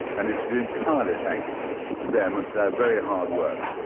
and it is entirely thanks to them, and to their very hard work,